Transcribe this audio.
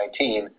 2019